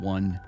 One